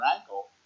ankle